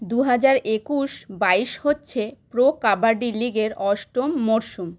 দুহাজার একুশ বাইশ হচ্ছে প্রো কাবাডি লীগের অষ্টম মরশুম